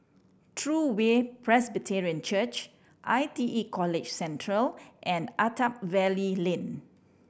True Way Presbyterian Church I T E College Central and Attap Valley Lane